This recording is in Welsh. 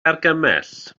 argymell